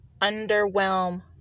underwhelm